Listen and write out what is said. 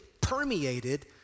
permeated